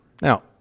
now